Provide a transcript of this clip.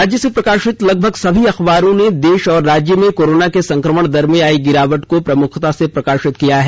राज्य से प्रकाशित लगभग सभी अखबारों ने देश और राज्य में कोरोना के संक्रमण दर में आयी गिरावट को प्रमुखता से प्रकाशित किया है